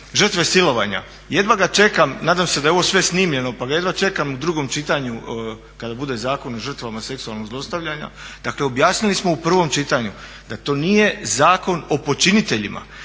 žrtve silovanja. Jedva ga čekam, nadam se da je ovo sve snimljeno pa ga jedva čekam u drugom čitanju kada bude Zakon o žrtvama seksualnog zlostavljanja. Dakle, objasnili smo u prvom čitanju da to nije zakon o počiniteljima,